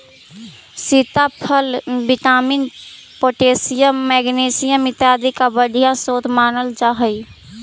सीताफल vitamin, potassium, magnesium इत्यादि का बढ़िया स्रोत मानल जा हई